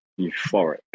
euphoric